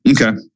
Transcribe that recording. okay